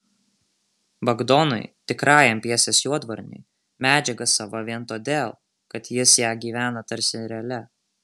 bagdonui tikrajam pjesės juodvarniui medžiaga sava vien todėl kad jis ja gyvena tarsi realia